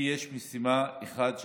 לי יש משימה אחת,